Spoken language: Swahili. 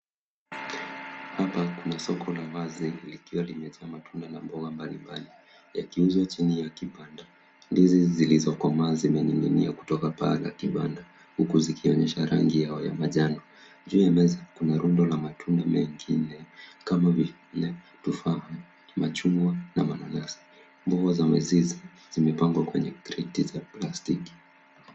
Hapa kuna soko la wazi, likiwa limejaa matunda na mboga mbalimbali yakiuzwa chini ya kibanda, ndizi zilizokomaa zimening'inia kutoka paa la kibanda, huku zikionyesha rangi ya majani. Juu ya meza kuna rundo la matunda mengine kama vile tufaha, machungwa na mananasi. Nguo za mizizi zimepangwa kwenye kreti za plastiki.